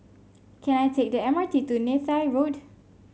can I take the M R T to Neythai Road